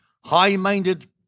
high-minded